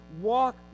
walk